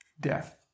death